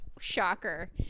Shocker